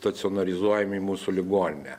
stacionarizuojami į mūsų ligoninę